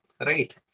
right